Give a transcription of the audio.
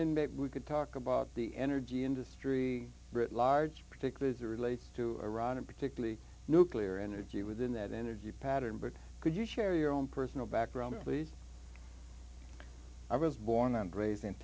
maybe we could talk about the energy industry britt large particularly the relates to iran and particularly nuclear energy within that energy pattern but could you share your own personal background please i was born and raised in